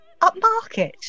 upmarket